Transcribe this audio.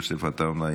יוסף עטאונה,